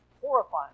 horrifying